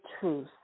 truth